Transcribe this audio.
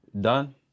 done